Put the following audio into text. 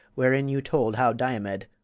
wherein you told how diomed,